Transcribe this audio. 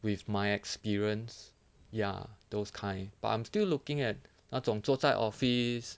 with my experience ya those kind but I'm still looking at 那种坐在 office